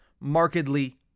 markedly